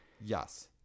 Yes